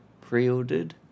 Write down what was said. pre-ordered